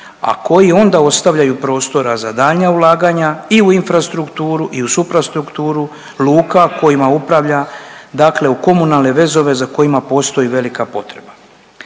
a koji onda ostavljaju prostora za daljnja ulaganja i u infrastrukturu i u suptrastrukturu luka kojima upravlja, dakle u komunalne vezove za kojima postoji velika potreba.